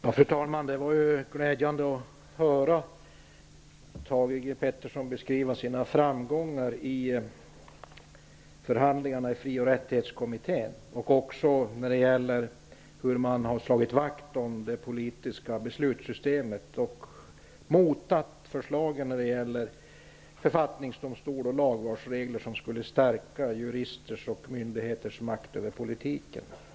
Fru talman! Det var glädjande att höra Thage G Peterson beskriva sina framgångar i förhandlingarna i Fri och rättighetskommittén samt hur man har slagit vakt om det politiska beslutssystemet och motat förslagen i fråga om författningsdomstolen och lagvalsregler som skulle stärka juristers och myndigheters makt över politiken.